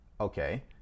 okay